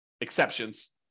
exceptions